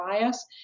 bias